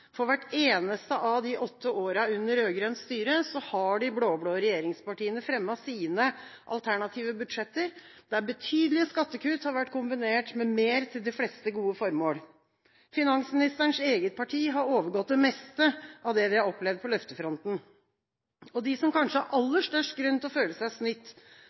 For hvert eneste av de åtte årene under rød-grønt styre har de blå-blå regjeringspartiene fremmet sine alternative budsjetter, der betydelige skattekutt har vært kombinert med mer til de fleste gode formål. Finansministerens eget parti har overgått det meste av det vi har opplevd på løftefronten. De som kanskje har aller størst grunn til å føle seg